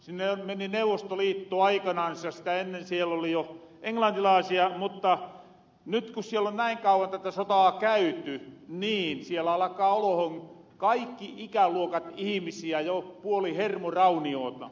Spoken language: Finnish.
sinne meni neuvostoliitto aikanansa sitä ennen siel oli jo englantilaisia mutta nyt ku siellä on näin kauan tätä sotaa käyty niin siellä alkaa olohon kaikki ikäluokat ihimisiä jo puolihermoraunioona